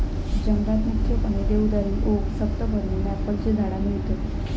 जंगलात मुख्यपणे देवदारी, ओक, सप्तपर्णी, मॅपलची झाडा मिळतत